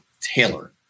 Taylor